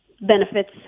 benefits